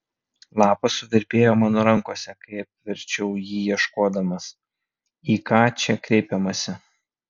lapas suvirpėjo mano rankose kai apverčiau jį ieškodamas į ką čia kreipiamasi